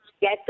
get